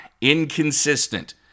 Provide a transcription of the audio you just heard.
inconsistent